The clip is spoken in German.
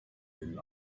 den